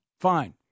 fine